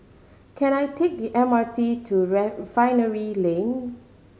can I take the M R T to Refinery Lane